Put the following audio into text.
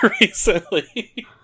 recently